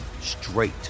straight